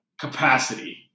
capacity